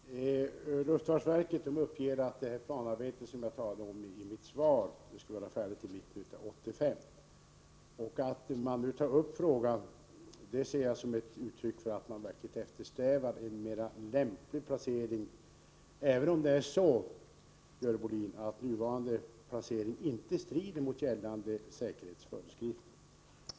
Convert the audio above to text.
Herr talman! Luftfartsverket uppger att det arbete jag talade om i mitt svar skall vara färdigt i mitten av 1985. Att man inom luftfartsverket nu tar upp den här frågan ser jag som ett uttryck för att man verkligen eftersträvar en mera lämplig placering av cisternerna, även om den nuvarande placeringen, Görel Bohlin, inte strider mot gällande säkerhetsföreskrifter.